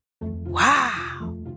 Wow